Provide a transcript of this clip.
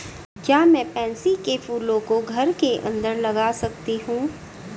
क्या मैं पैंसी कै फूलों को घर के अंदर लगा सकती हूं?